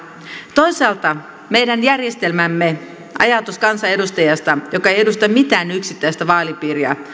toisaalta meidän järjestelmäämme ajatus kansanedustajasta joka ei edusta mitään yksittäistä vaalipiiriä